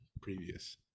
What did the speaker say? previous